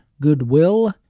Goodwill